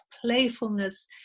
playfulness